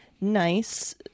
nice